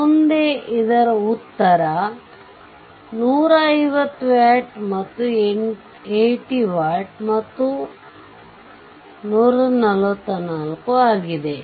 ಮುಂದೆ ಇದರ ಉತ್ತರ 150 watt 80 watt ಮತ್ತು 144 ಆಗಿವೆ